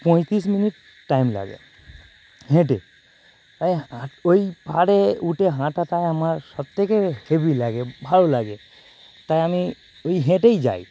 পঁয়তিরিশ minute time লাগে হেঁটে কারণ ওই পাহাড়ে উটে হাঁটাটা আমার সব থেকে হেভি লাগে ভালো লাগে তা আমি ওই হেঁটেই যাই